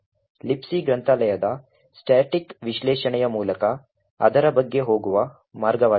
Libc ಗ್ರಂಥಾಲಯದ static ವಿಶ್ಲೇಷಣೆಯ ಮೂಲಕ ಅದರ ಬಗ್ಗೆ ಹೋಗುವ ಮಾರ್ಗವಾಗಿದೆ